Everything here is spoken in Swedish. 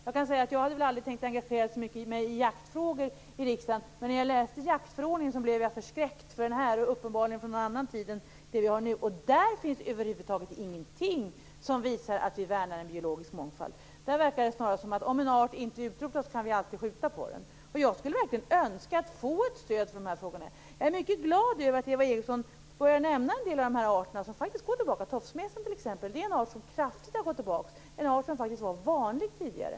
Jag hade väl aldrig tänkt att engagera mig i jaktfrågor i riksdagen, men när jag läste jaktförordningen blev jag förskräckt. Den härrör uppenbarligen från en annan tid än denna. Där finns över huvud taget ingenting som visar att vi värnar en biologisk mångfald. Där verkar det snarast som att om en art inte utrotas kan vi alltid skjuta. Jag skulle verkligen önska att få ett stöd för de här frågorna. Jag är mycket glad över att Eva Eriksson nämner en del av de arter som faktiskt går tillbaka. Tofsmesen har t.ex. gått kraftigt tillbaka, en art som var vanlig tidigare.